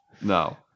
No